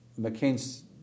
McCain's